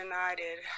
United